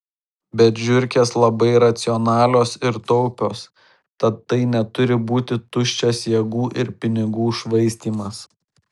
bet žiurkės labai racionalios ir taupios tad tai neturi būti tuščias jėgų ir pinigų švaistymas